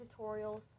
tutorials